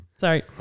Sorry